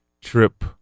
trip